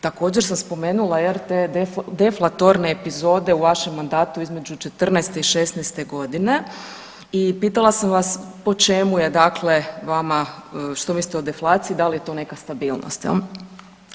Također sam spomenula jel te deflatorne epizode u vašem mandatu između '14.-'16. godine i pitala sam vas po čemu je dakle vama, što mislite o deflaciji da li je to neka stabilnost jel.